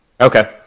Okay